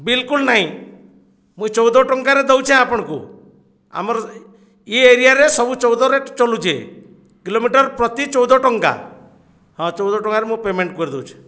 ବିଲକୁଲ ନାଇଁ ମୁଇଁ ଚଉଦ ଟଙ୍କାରେ ଦଉଛେଁ ଆପଣଙ୍କୁ ଆମର ଇ ଏରିଆରେ ସବୁ ଚଉଦ ରେଟ୍ ଚଲୁଛେ କିଲୋମିଟର ପ୍ରତି ଚଉଦ ଟଙ୍କା ହଁ ଚଉଦ ଟଙ୍କାରେ ମୁଁ ପେମେଣ୍ଟ କରିଦେଉଛି